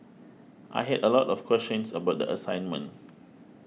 I had a lot of questions about the assignment